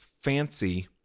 fancy